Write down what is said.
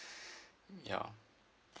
ya